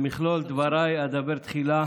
במכלול דבריי אדבר תחילה